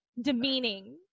Demeaning